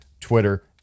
Twitter